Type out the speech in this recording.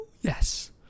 yes